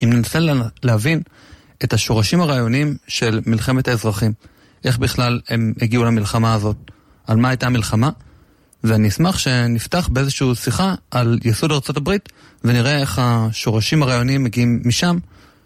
אם ננסה להבין את השורשים הרעיונים של מלחמת האזרחים, איך בכלל הם הגיעו למלחמה הזאת, על מה הייתה מלחמה, ואני אשמח שנפתח באיזושהי שיחה על יסוד ארצות הברית, ונראה איך השורשים הרעיונים מגיעים משם.